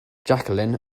jacqueline